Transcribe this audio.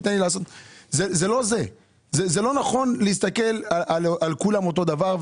זה לא נכון להסתכל על כולם אותו הדבר.